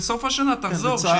בסוף השנה תחזיר.